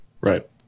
Right